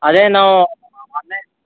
ಅದೇ ನಾವು